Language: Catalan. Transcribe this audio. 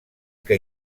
que